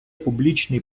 публічний